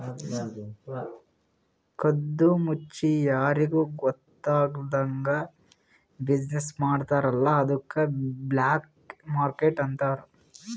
ಕದ್ದು ಮುಚ್ಚಿ ಯಾರಿಗೂ ಗೊತ್ತ ಆಗ್ಲಾರ್ದಂಗ್ ಬಿಸಿನ್ನೆಸ್ ಮಾಡ್ತಾರ ಅಲ್ಲ ಅದ್ದುಕ್ ಬ್ಲ್ಯಾಕ್ ಮಾರ್ಕೆಟ್ ಅಂತಾರ್